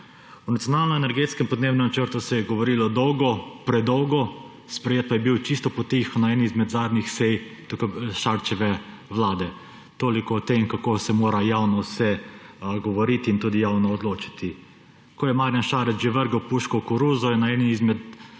O Nacionalnem energetskem in podnebnem načrtu se je govorilo dolgo, predolgo, sprejet pa je bil čisto potiho na eni izmed zadnjih sej Šarčeve vlade. Toliko o tem, kako se mora javno vse govoriti in tudi javno odločiti. Ko je Marjan Šarec že vrgel puško v koruzo, je na eni izmed